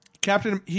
Captain